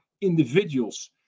individuals